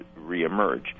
reemerge